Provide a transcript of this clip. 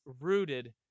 rooted